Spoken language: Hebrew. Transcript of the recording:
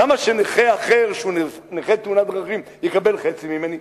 למה נכה אחר שהוא נכה תאונת דרכים יקבל חצי ממני?